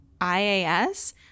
IAS